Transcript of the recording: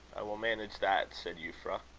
i will manage that, said euphra.